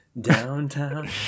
Downtown